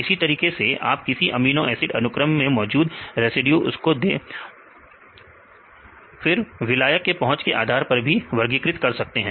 इसी तरीके से आप किसी एमिनो एसिड अनुक्रम मैं मौजूद रेसिड्यूज उसको दे विलायक के पहुंच के आधार पर भी वर्गीकृत कर सकते हैं